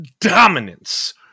dominance